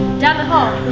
down the hall.